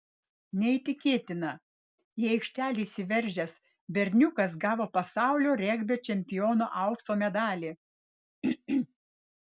neįtikėtina į aikštę įsiveržęs berniukas gavo pasaulio regbio čempiono aukso medalį